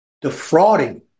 defrauding